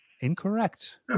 Incorrect